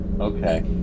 okay